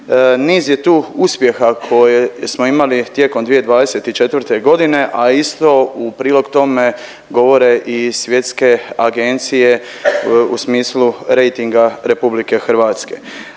niz je tu uspjeha koje smo imali tijekom 2024.g., a isto u prilog tome govore i svjetske agencije u smislu rejtinga RH.